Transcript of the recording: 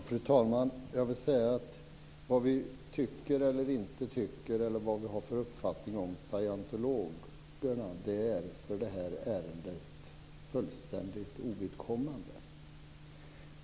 Fru talman! Vad vi tycker eller inte tycker eller har för uppfattning om scientologerna är fullständigt ovidkommande för detta ärende.